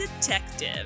detective